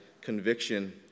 conviction